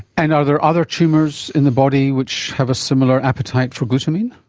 and are there other tumours in the body which have a similar appetite for glutamine?